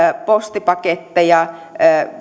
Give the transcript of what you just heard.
postipaketteja